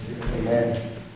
Amen